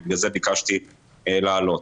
ובגלל זה ביקשתי לעלות.